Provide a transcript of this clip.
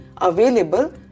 available